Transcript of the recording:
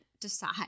decide